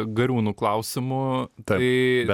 gariūnų klausimu tai